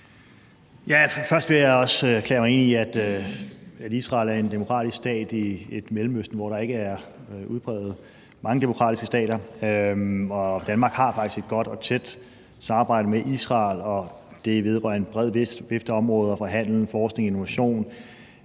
Først vil jeg erklære mig enig i, at Israel er en demokratisk stat i et Mellemøsten, hvor der ikke er udpræget mange demokratiske stater. Danmark har faktisk et godt og tæt samarbejde med Israel, og det vedrører en bred vifte af områder: handel, forskning og innovation.